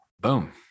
Boom